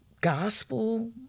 gospel